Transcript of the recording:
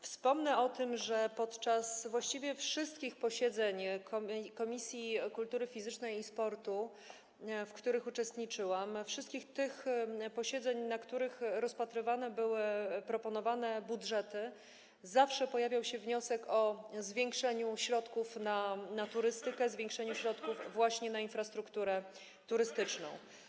Wspomnę, że podczas właściwie wszystkich posiedzeń komisji kultury fizycznej i sportu, w których uczestniczyłam, wszystkich tych posiedzeń, na których rozpatrywane były proponowane budżety, pojawiały się wnioski o zwiększenie środków na turystykę, zwiększenie środków właśnie na infrastrukturę turystyczną.